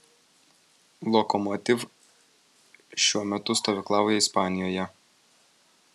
lokomotiv šiuo metu stovyklauja ispanijoje